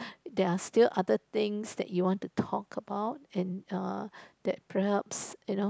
there're still other things that you want to talk about in uh that perhaps you know